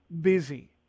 busy